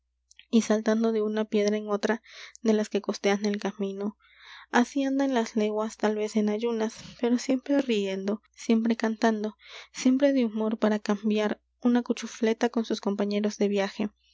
y saltando de una piedra en otra de las que costean el camino así andan las leguas tal vez en ayunas pero siempre riendo siempre cantando siempre de humor para cambiar una cuchufleta con sus compañeros de viaje